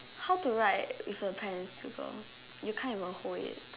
how to write with a pen with a you can't even hold it